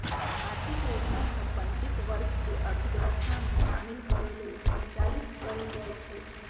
आर्थिक योजना सभ वंचित वर्ग के अर्थव्यवस्था में शामिल करे लेल संचालित कएल जाइ छइ